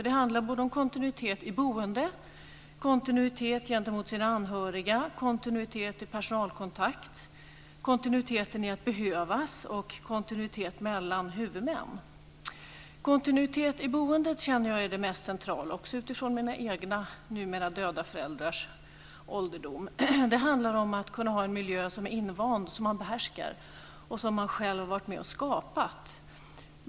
Det handlar om kontinuitet i boende, kontinuitet gentemot sina anhöriga, kontinuitet i personalkontakter, kontinuitet i att behövas och kontinuitet mellan huvudmän. Jag känner att kontinuitet i boendet är det mest centrala utifrån mina egna, numera döda, föräldrars ålderdom. Det handlar om att kunna bo i en miljö som är invand, som man behärskar och som man själv har varit med och skapat.